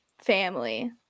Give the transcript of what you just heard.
family